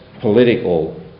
political